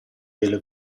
delle